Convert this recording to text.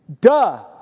duh